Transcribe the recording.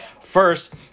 first